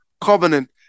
covenant